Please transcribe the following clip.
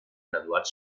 graduat